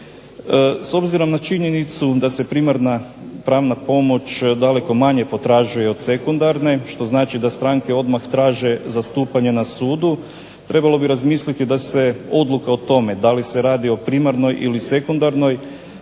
S obzirom na činjenicu da se primarna pravna pomoć daleko manje potražuje od sekundarne što znači da stranke odmah traže zastupanja na sudu, trebalo bi razmisliti da se odluka o tome da li se radi o primarnoj ili sekundarnoj